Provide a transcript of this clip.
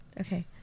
okay